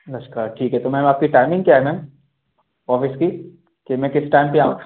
अच्छा ठीक है तो मैम आप की टाइमिंग क्या है मैम औफीस की कि मैं किस टाइम पर आउँ